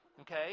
Okay